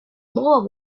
moved